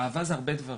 אהבה זה הרבה דברים.